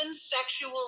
sexual